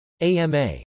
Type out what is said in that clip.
AMA